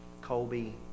Colby